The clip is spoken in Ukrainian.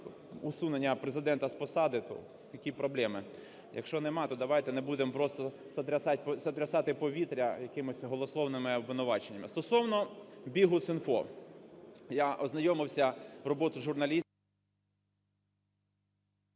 усунення Президента з посади, то які проблеми? Якщо немає, то давайте не будемо просто сотрясати повітря якимись голослівними обвинуваченнями. Стосовно Bihus.info. Я ознайомився з роботою…